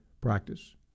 practice